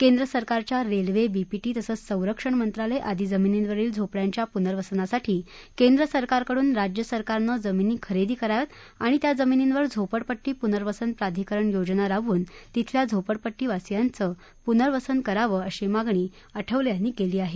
केंद्र सरकारच्या railway BPT तसंच सरक्षण मंत्रालय आदी जमिनींवरील झोपड्यांच्या पूनर्वसनासाठी केंद्र सरकारकडुन राज्य सरकारनं जमिनी खरेदी कराव्यात आणि त्या जमिनींवर झोपडपट्टी पूनर्वसन प्राधिकरण योजना राबवून तेथील झोपडीवासीयांचे पूनर्वसन करावं अशी मागणी आठवले यांनी केली आहे